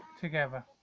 together